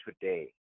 today